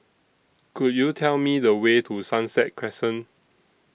Could YOU Tell Me The Way to Sunset Crescent